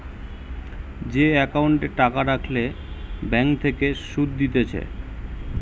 যে একাউন্টে টাকা রাখলে ব্যাঙ্ক থেকে সুধ দিতেছে